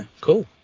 cool